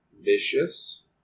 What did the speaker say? Vicious